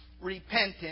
repentance